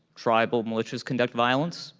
tribal militias conduct violence.